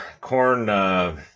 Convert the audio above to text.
corn